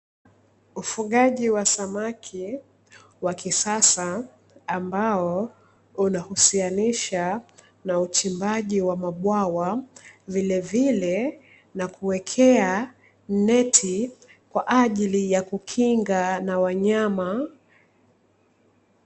Ufugaji wa samaki wa kisasa, ambao unahusianisha na uchimbaji wa mabwawa, vilevile na kuwekea neti kwa ajili ya kukinga na wanyama.